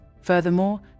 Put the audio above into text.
Furthermore